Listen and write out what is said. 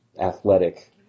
athletic